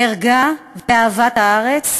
ערגה ואהבת הארץ,